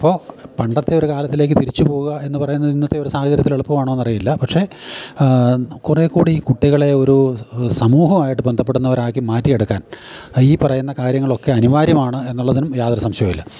അപ്പോൾ പണ്ടത്തെ ഒരു കാലത്തിലേക്ക് തിരിച്ച് പോവുക എന്ന് പറയുന്നത് ഇന്നത്തെ ഒരു സാഹചര്യത്തിൽ എളുപ്പമാണോ എന്നറിയില്ല പക്ഷെ കുറേക്കൂടി ഈ കുട്ടികളെ ഒരു സമൂഹവുമായിട്ട് ബന്ധപ്പെടുന്നവരാക്കി മാറ്റിയെടുക്കാൻ ഈ പറയുന്ന കാര്യങ്ങളൊക്കെ അനിവാര്യമാണ് എന്നുള്ളതിനും യാതൊരു സംശയമില്ല